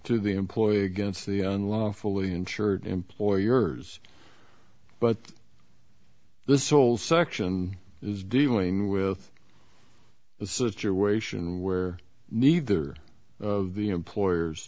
to the employee against the unlawfully insured employers but this whole section is dealing with a situation where neither of the employers